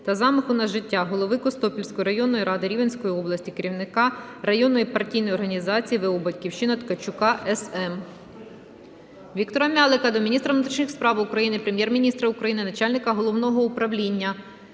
та замаху на життя голови Костопільської районної ради Рівненської області - керівника районної партійної організації ВО "Батьківщина" Ткачука С.М. Віктора М'ялика до міністра внутрішніх справ України, Прем'єр-міністра України, начальника Головного управління